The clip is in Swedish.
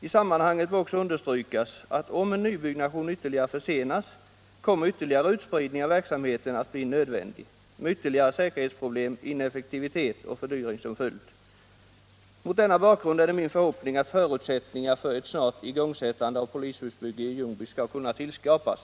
I sammanhanget bör också understrykas att om en nybyggnation ytterligare försenas, kommer fortsatt utspridning av verksamheten att bli nödvändig, med ytterligare säkerhetsproblem, ineffektivitet och fördyring som följd. Mot denna bakgrund är det min förhoppning att förutsättningar för ett snart igångsättande av polishusbygget i Ljungby skall kunna tillskapas.